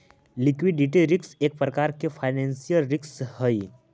liquidity risk एक प्रकार के फाइनेंशियल रिस्क हई